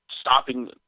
stopping